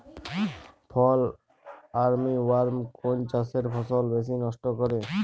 ফল armyworm কোন চাষের ফসল বেশি নষ্ট করে?